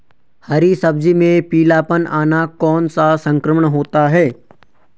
हरी सब्जी में पीलापन आना कौन सा संक्रमण होता है?